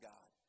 God